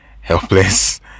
helpless